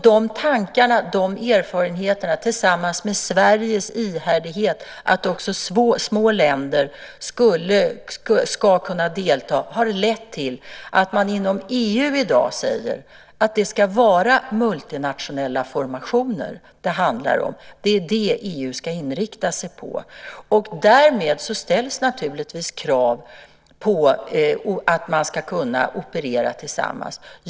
De tankarna och erfarenheterna tillsammans med Sveriges ihärdighet när det gällt att också små länder ska kunna delta har lett till att man inom EU i dag säger att det ska handla om multinationella formationer. Det är det EU ska inrikta sig på. Därmed ställs naturligtvis krav på att man ska kunna operera tillsammans.